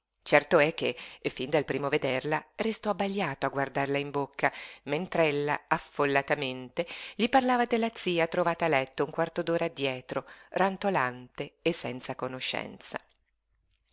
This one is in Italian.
certo è che fin dal primo vederla restò abbagliato a guardarla in bocca mentr'ella affollatamente gli parlava della zia trovata a letto un quarto d'ora addietro rantolante e senza conoscenza